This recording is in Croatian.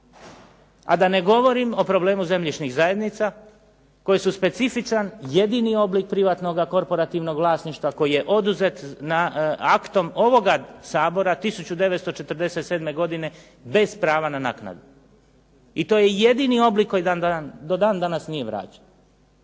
A da ne govorim o problemu zemljišnih zajednica, koji su specifičan jedini oblik privatnoga korporativnog vlasništva koji je oduzet aktom ovoga Sabora 1947. godine bez prava na naknadu. I to je jedini oblik koji do dan danas nije vraćen.